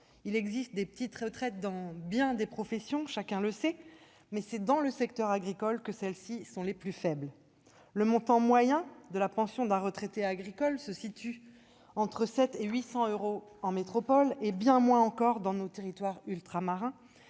Il existe des petites retraites dans d'autres professions, chacun le sait, mais c'est dans le secteur agricole qu'elles sont les plus faibles. Le montant moyen de la pension d'un retraité agricole se situe entre 700 euros et 800 euros en métropole et bien moins encore dans nos territoires ultramarins,